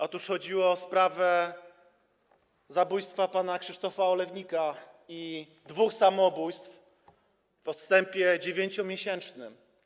Otóż chodziło o sprawę zabójstwa pana Krzysztofa Olewnika i dwóch samobójstw w odstępie 9-miesięcznym.